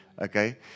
okay